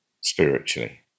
spiritually